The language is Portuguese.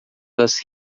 das